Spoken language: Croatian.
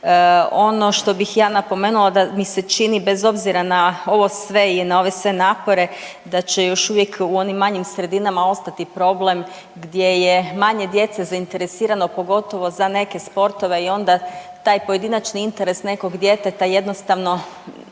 Ono što bih ja napomenula da mi se čini bez obzira na ovo sve i na ove sve napore, da će još uvijek u onim manjim sredinama ostati problem gdje je manje djece zainteresirano, pogotovo za neke sportove i onda taj pojedinačni interes nekog djeteta jednostavno,